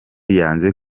yanze